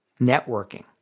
networking